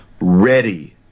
ready